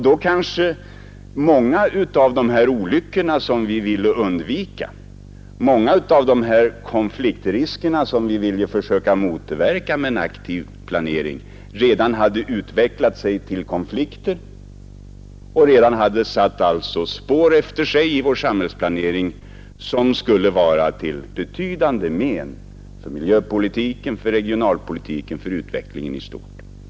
Då kanske många av de olyckor som vi ville undvika hade inträffat, och då hade kanske många av de konfliktrisker som vi ville försöka motverka med en aktiv planering redan utvecklat sig till konflikter och satt spår efter sig i vår samhällsplanering till betydande men för miljöpolitiken, regionalpolitiken och för utvecklingen i stort.